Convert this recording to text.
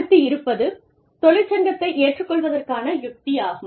அடுத்து இருப்பது தொழிற்சங்கத்தை ஏற்றுக் கொள்வதற்கான யுக்தியாகும்